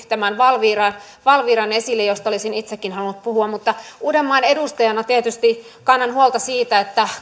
esille tämän valviran josta olisin itsekin halunnut puhua mutta uudenmaan edustajana tietysti kannan huolta siitä